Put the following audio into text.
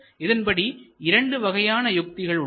இதன்படி இரண்டு வகையான யுக்திகள் உள்ளன